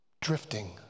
drifting